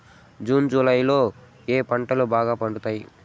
June July లో ఏ పంటలు బాగా పండుతాయా?